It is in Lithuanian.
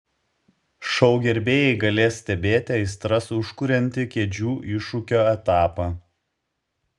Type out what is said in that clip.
šou gerbėjai galės stebėti aistras užkuriantį kėdžių iššūkio etapą